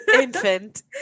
Infant